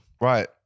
Right